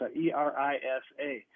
E-R-I-S-A